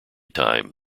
time